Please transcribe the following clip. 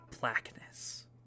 blackness